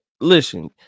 listen